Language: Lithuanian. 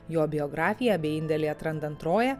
jo biografiją bei indėlį atrandant troją